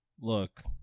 Look